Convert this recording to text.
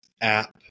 app